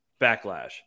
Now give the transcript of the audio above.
backlash